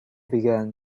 began